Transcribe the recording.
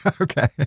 Okay